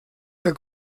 der